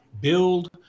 Build